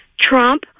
Trump